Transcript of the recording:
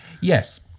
Yes